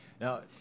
Now